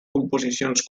composicions